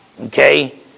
Okay